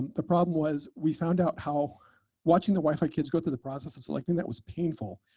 the problem was we found out how watching the wi-fi kids go through the process of selecting, that was painful,